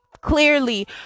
clearly